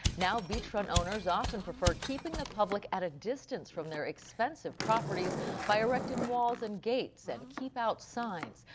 now, beachfront owners often prefer keeping the public at a distance from their expensive properties by erecting walls and gates and keep out signs.